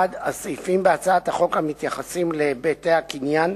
1. הסעיפים בהצעת החוק המתייחסים להיבטי הקניין,